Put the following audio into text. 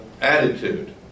attitude